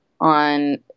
on